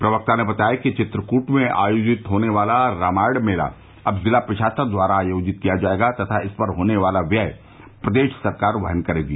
प्रवक्ता ने बताया कि चित्रकूट में आयोजित होने वाला रामायण मेला अब जिला प्रशासन द्वारा आयोजित किया जायेगा तथा इस पर होने वाला व्यय प्रदेश सरकार वहन करेगी